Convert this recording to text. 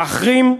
להחרים,